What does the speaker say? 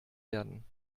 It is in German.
werden